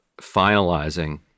finalizing